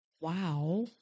Wow